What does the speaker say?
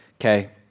okay